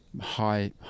high